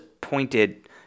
pointed